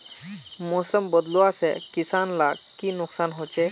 मौसम बदलाव से किसान लाक की नुकसान होचे?